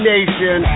Nation